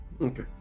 Okay